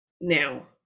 Now